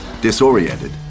Disoriented